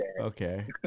Okay